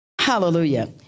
Hallelujah